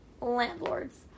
landlords